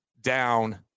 down